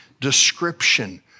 description